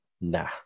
Nah